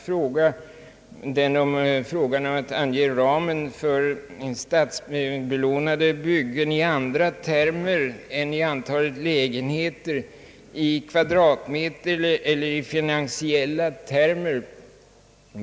Det gäller frågan att ange ramen för statsbelånade byggen i andra termer än i antalet lägenheter, t.ex. i kvadratmeter eller i finansiella termer.